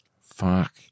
Fuck